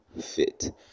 fit